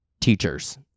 teachers